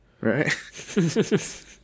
Right